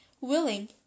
willing